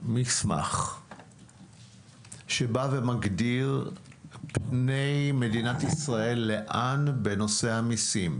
מסמך שמגדיר פני מדינת ישראל לאן בנושא המיסים,